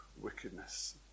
wickedness